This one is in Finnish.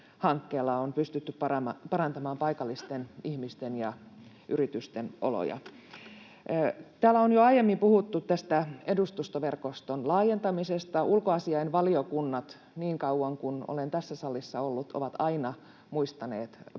on pystytty parantamaan paikallisten ihmisten ja yritysten oloja. Täällä on jo aiemmin puhuttu tästä edustustoverkoston laajentamisesta. Ulkoasiainvaliokunnat, niin kauan kuin olen tässä salissa ollut, ovat aina muistaneet painottaa